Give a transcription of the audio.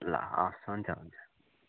ल हवस् हुन्छ हुन्छ